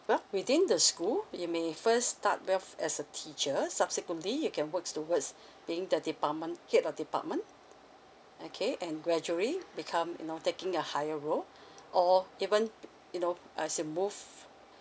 well within the school you may first start with as a teacher subsequently you can works towards being the department head of department okay and gradually become you know taking a higher role or even you know as you move